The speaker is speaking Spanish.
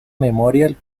memorial